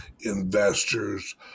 investors